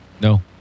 No